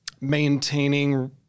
maintaining